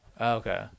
Okay